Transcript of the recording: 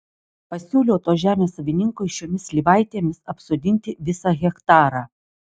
pasiūliau tos žemės savininkui šiomis slyvaitėmis apsodinti visą hektarą